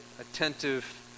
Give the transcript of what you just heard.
attentive